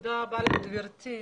תודה רבה לך גברתי.